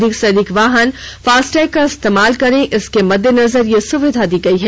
अधिक से अधिक वाहन फास्टैग का इस्तेमाल करें इसके मद्देनजर यह सुविधा दी गई है